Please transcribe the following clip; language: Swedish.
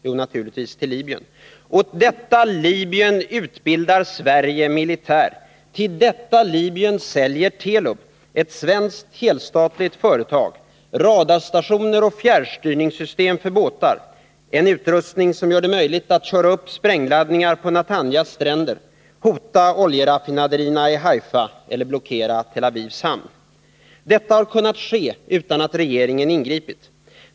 Jo, naturligtvis i Libyen. Åt detta Libyen utbildar Sverige militärer. Till detta Libyen säljer Telub — ett svenskt helstatligt företag — radarstationer och fjärrstyrningssystem för båtar, en utrustning som gör det möjligt att köra upp sprängladdningar på Natanjas stränder, hota oljeraffinaderierna i Haifa eller blockera Tel Avivs hamn. Detta har kunnat ske utan att regeringen ingripit.